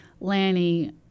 Lanny